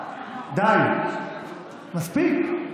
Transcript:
די, מספיק.